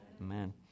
amen